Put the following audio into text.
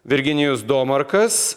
virginijus domarkas